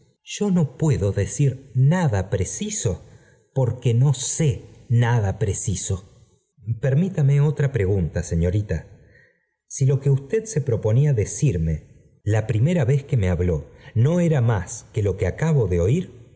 o no puedo decir nada preciso porque tío sé nada preciso permítame otra pregunta señorita si lo que usted se proponía decirme la primera vez que me habió no era más que lo que acabo de oir